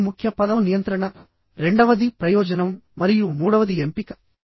మొదటి ముఖ్య పదం నియంత్రణ రెండవది ప్రయోజనం మరియు మూడవది ఎంపిక